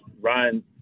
Ryan